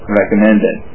recommended